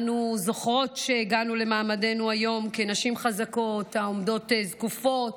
אנו זוכרות שהגענו למעמדנו היום כנשים חזקות העומדות זקופות,